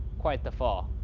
quite the fall.